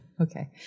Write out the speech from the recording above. Okay